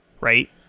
Right